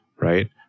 Right